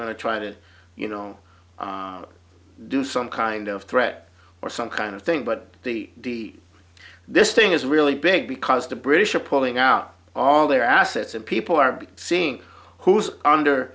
going to try to you know do some kind of threat or some kind of thing but the this thing is really big because the british are pulling out all their assets and people are seeing who's under